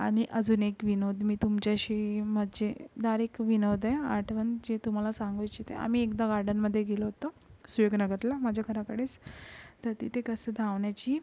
आणि अजून एक विनोद मी तुमच्याशी मज्जेदारीक विनोद आहे आठवण जी तुम्हाला सांगू इच्छिते आम्ही एकदा गार्डनमध्ये गेलो होतो सुयोग नगरला माझ्या घराकडेच तर तिथे कसं धावण्याची